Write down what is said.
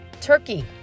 turkey